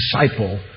disciple